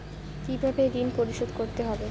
কিভাবে ঋণ পরিশোধ করতে হবে?